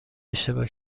اشتباه